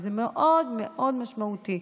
וזה מאוד מאוד משמעותי.